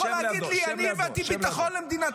שב לידו.